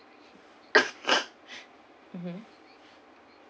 mmhmm